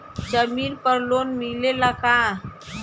जमीन पर लोन मिलेला का?